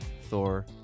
Thor